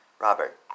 Robert